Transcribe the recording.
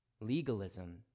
Legalism